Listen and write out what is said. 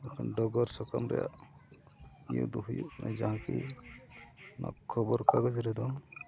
ᱵᱟᱠᱷᱟᱱ ᱰᱚᱜᱚᱨ ᱥᱟᱠᱟᱢ ᱨᱮᱱᱟᱜ ᱤᱭᱟᱹ ᱫᱚ ᱦᱩᱭᱩᱜ ᱠᱟᱱᱟ ᱡᱟᱦᱟᱸᱠᱤ ᱚᱱᱟ ᱠᱷᱚᱵᱚᱨ ᱠᱟᱜᱚᱡᱽ ᱨᱮᱫᱚ